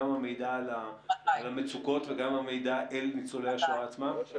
גם המידע על המצוקות וגם המידע אל ניצולי השואה עצמה?